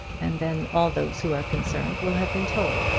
and then all those who are concerned will have been told.